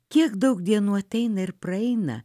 kiek daug dienų ateina ir praeina